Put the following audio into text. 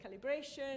calibration